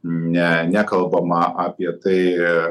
ne nekalbama apie tai